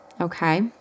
okay